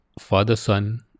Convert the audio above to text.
father-son